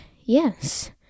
yes